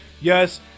Yes